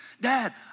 Dad